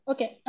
Okay